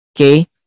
okay